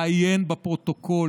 לעיין בפרוטוקול.